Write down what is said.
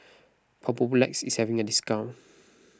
Papulex is having a discount